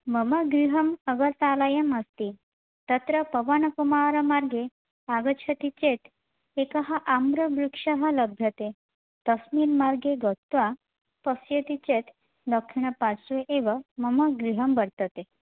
मम गृहम् अगरतलायाम् अस्ति तत्र पवणकुमारमार्गे आगच्छति चेत् एकः आम्रवृक्षः लभ्यते तस्मिन् मार्गे गत्वा पस्यति चेत् दक्षिण पार्श्वे एव मम गृहं वर्तते